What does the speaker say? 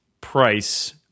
price